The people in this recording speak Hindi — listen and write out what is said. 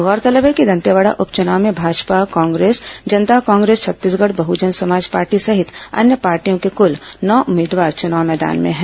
गौरतलब है कि दंतेवाड़ा उप चुनाव में भाजपा कांग्रेस जनता कांग्रेस छत्तीसगढ़ बहुजन समाज पार्टी सहित अन्य पार्टियों के कुल नौ उम्मीदवार चुनाव मैदान में हैं